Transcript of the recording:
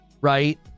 right